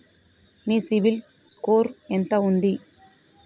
మీ CIBIL score ఎంత ఉంది?